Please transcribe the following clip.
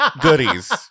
goodies